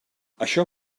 això